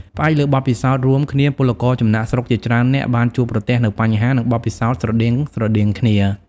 ផ្អែកលើបទពិសោធន៍រួមគ្នាពលករចំណាកស្រុកជាច្រើននាក់បានជួបប្រទះនូវបញ្ហា និងបទពិសោធន៍ស្រដៀងៗគ្នា ។